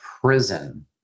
prison